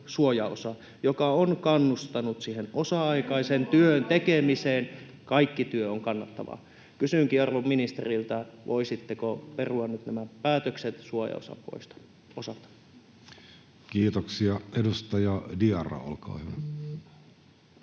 joka on kannustanut siihen osa-aikaisen työn tekemiseen. Kaikki työ on kannattavaa. Kysynkin arvon ministeriltä: voisitteko perua nyt nämä päätökset suojaosan poiston osalta? Kiitoksia. — Edustaja Diarra, olkaa hyvä.